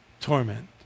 Torment